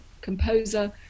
composer